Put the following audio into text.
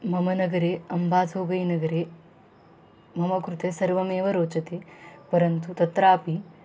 मम नगरे अम्बासोगै नगरे मम कृते सर्वमेव रोचते परन्तु तत्रापि